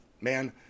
man